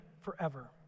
forever